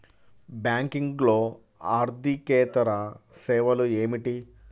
బ్యాంకింగ్లో అర్దికేతర సేవలు ఏమిటీ?